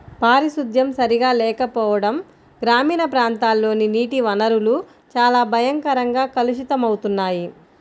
పారిశుద్ధ్యం సరిగా లేకపోవడం గ్రామీణ ప్రాంతాల్లోని నీటి వనరులు చాలా భయంకరంగా కలుషితమవుతున్నాయి